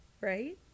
right